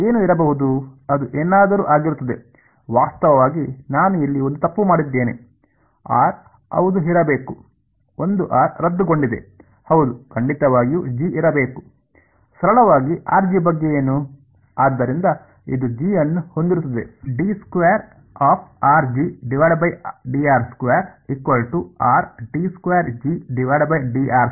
ಏನು ಇರಬಹುದು ಅದು ಏನಾದರೂ ಆಗಿರುತ್ತದೆ ವಾಸ್ತವವಾಗಿ ನಾನು ಇಲ್ಲಿ ಒಂದು ತಪ್ಪು ಮಾಡಿದ್ದೇನೆ ಆರ್ ಹೌದು ಇರಬೇಕು ಒಂದು ಆರ್ ರದ್ದುಗೊಂಡಿದೆ ಹೌದು ಖಂಡಿತವಾಗಿಯೂ ಜಿ ಇರಬೇಕು ಸರಳವಾಗಿ rG ಬಗ್ಗೆ ಏನು